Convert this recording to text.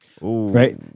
right